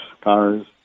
cars